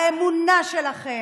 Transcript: באמונה שלכם,